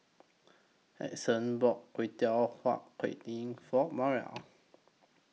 Edson bought Huat Kuih For Maria